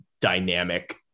dynamic